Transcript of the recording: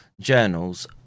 journals